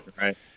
Right